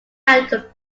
had